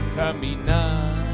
caminar